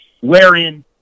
wherein